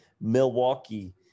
Milwaukee